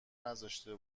نذاشته